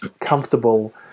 comfortable